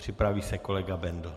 Připraví se kolega Bendl.